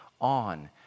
on